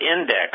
Index